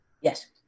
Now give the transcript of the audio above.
Yes